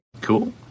Cool